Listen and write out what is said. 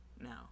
Now